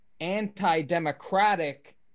anti-democratic